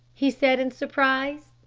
he said in surprise.